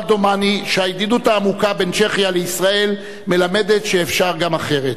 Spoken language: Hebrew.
אבל דומני שהידידות העמוקה בין צ'כיה לישראל מלמדת שאפשר גם אחרת.